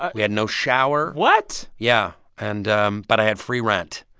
we had no shower what? yeah. and um but i had free rent,